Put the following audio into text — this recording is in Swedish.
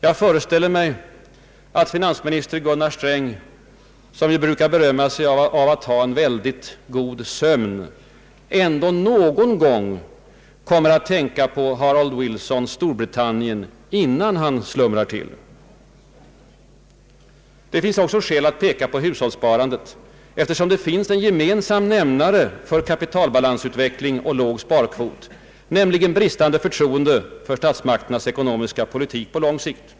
Jag föreställer mig att finansminister Gunnar Sträng, som ju brukar berömma sig av att ha väldigt god sömn, ändå någon gång kommer att tänka på Harold Wilsons Storbritannien, innan han slumrar till. Det finns också skäl att tänka på hushållssparandet, eftersom det finns en gemensam nämnare för kapitalbalansutveckling och låg sparkvot, nämligen bristande förtroende för statsmakternas ekonomiska politik på lång sikt.